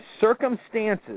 Circumstances